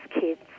kids